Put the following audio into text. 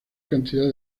cantidad